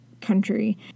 country